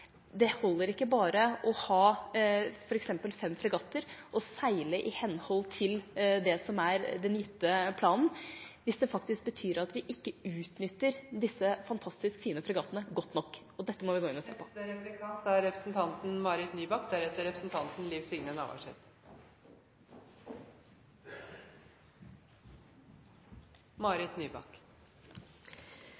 det holder ikke bare å ha f.eks. fem fregatter og seile i henhold til det som er den gitte planen, hvis det faktisk betyr at vi ikke utnytter disse fantastisk fine fregattene godt nok. Dette må vi gå inn og se på. Vi er